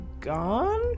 gone